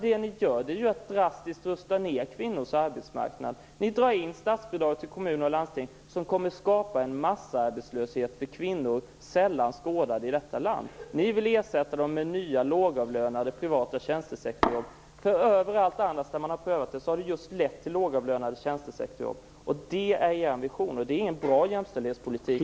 Det ni gör är ju att drastiskt rusta ned kvinnors arbetsmarknad och dra in statsbidrag till kommuner och landsting, vilket kommer att skapa en massarbetslöshet för kvinnor, sällan skådad i detta land. Ni vill ersätta jobb i offentlig sektor med nya lågavlönade privata tjänstesektorsjobb. Överallt där man har prövat det har det lett till lågavlönade tjänstesektorsjobb. Det är er vision. Det är ingen bra jämställdhetspolitik.